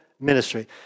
ministry